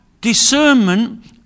discernment